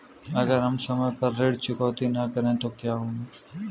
अगर हम समय पर ऋण चुकौती न करें तो क्या होगा?